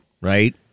Right